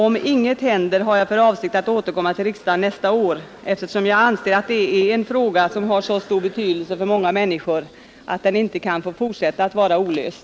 Om inget händer har jag för avsikt att återkomma till riksdagen nästa år, eftersom jag anser att detta är en fråga som har så stor betydelse för många människor att den inte kan få fortsätta att vara olöst.